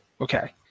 okay